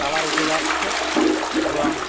colour উঠে যাচ্ছে এবং